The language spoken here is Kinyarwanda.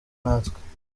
natwe